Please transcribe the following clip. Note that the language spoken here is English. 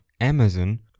Amazon